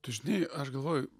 tu žinai aš galvoju